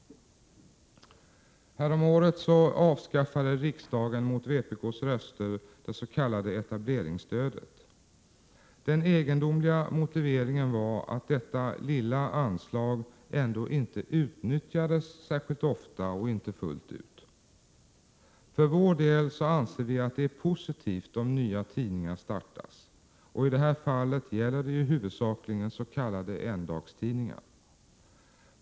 Häromåret avskaffade riksdagen mot vpk:s röster det s.k. etableringsstödet. Den egendomliga motiveringen var att detta lilla anslag ändå inte utnyttjades särskilt ofta och inte fullt ut. För vår del anser vi att det är positivt om nya tidningar startas. I det här fallet gäller det huvudsakligen s.k. endagstidningar.